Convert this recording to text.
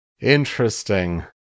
Interesting